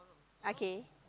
okay